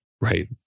right